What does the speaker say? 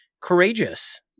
courageous